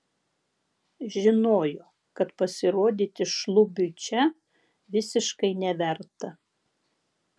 žinojo kad pasirodyti šlubiui čia visiškai neverta